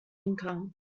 income